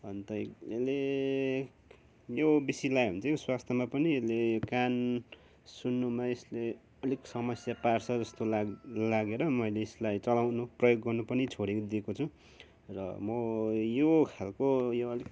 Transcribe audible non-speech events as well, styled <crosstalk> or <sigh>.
अन्त <unintelligible> यो बेसी लगायो भने चाहिँ स्वास्थ्यमा पनि यसले कान सुन्नुमा यसले अलिक समस्या पार्छ जस्तो लाग् लागेर मैले यसलाई चलाउनु प्रयोग गर्नु पनि छोडिदिएको छु र म यो खालको यो अलिक